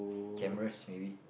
cameras maybe